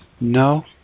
No